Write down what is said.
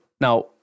Now